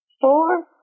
Four